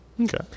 Okay